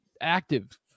Active